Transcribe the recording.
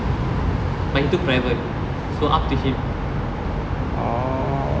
but he took private so up to him